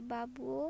Babu